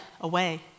away